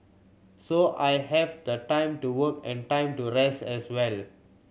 so I have the time to work and time to rest as well